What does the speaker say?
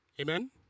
Amen